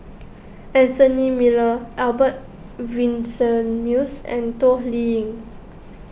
Anthony Miller Albert Winsemius and Toh Liying